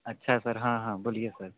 अच्छा सर हाँ हाँ बोलिए सर